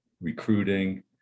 recruiting